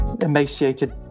emaciated